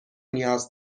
نیاز